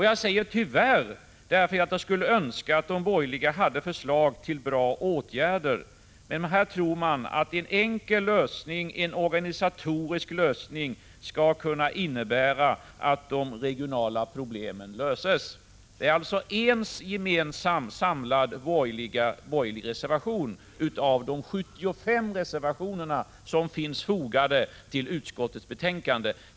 Jag säger ”tyvärr” därför att jag skulle önska att de borgerliga hade förslag till bra åtgärder, men här tror man att en enkel, organisatorisk åtgärd skall kunna innebära att de regionala problemen löses. Det är alltså en enda gemensam samlad borgerlig reservation bland de 75 reservationer som är fogade vid utskottets betänkande.